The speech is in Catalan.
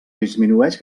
disminueix